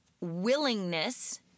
willingness